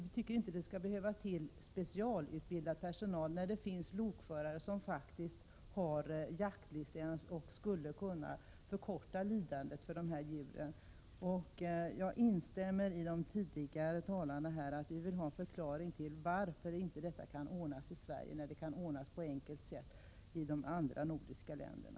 Vi tycker inte att det skall behövas specialutbildad personal, när det finns lokförare som har jaktlicens och skulle kunna förkorta lidandet för djuren. Jag instämmer med de tidigare talarna i debatten. Vi vill ha en förklaring till att detta inte kan ordnas i Sverige, när det kan ordnas på enkelt sätt i de andra nordiska länderna.